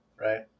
Right